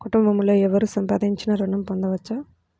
కుటుంబంలో ఎవరు సంపాదించినా ఋణం పొందవచ్చా?